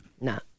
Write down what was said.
No